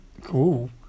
Cool